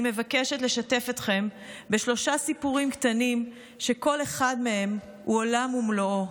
אני מבקשת לשתף אתכם בשלושה סיפורים קטנים שכל אחד מהם הוא עולם ומלואו.